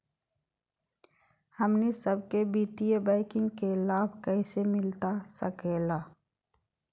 हमनी सबके वित्तीय बैंकिंग के लाभ कैसे मिलता सके ला?